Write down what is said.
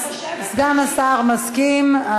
סגן השר מסכים,